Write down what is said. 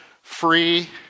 free